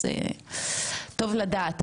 טוב לדעת,